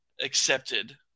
accepted